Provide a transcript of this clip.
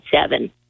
seven